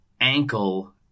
ankle